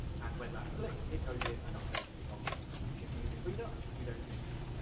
and when that's clicked, it goes in and updates this object. if we're using redux, we don't do this.